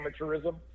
amateurism